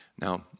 Now